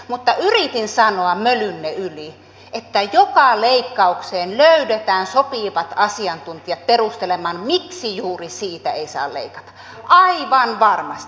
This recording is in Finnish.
mutta yritin sanoa mölynne yli että joka leikkaukseen löydetään sopivat asiantuntijat perustelemaan miksi juuri siitä ei saa leikata aivan varmasti